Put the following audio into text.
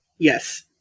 Yes